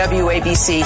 wabc